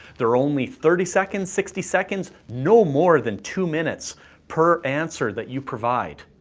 they're only thirty seconds, sixty seconds, no more than two minutes per answer that you provide.